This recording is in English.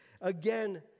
again